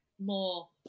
more